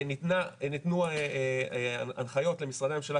ניתנו הנחיות למשרדי הממשלה,